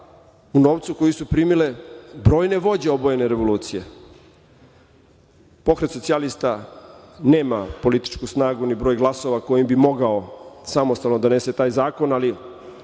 u novcu koji su primile brojne vođe obojene revolucije. Pokret socijalista nema političku snagu, ni broj glasova kojim bi mogao samostalno da donese taj zakon, ali